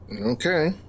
Okay